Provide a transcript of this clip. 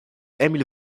emil